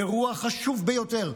אירוע חשוב ביותר,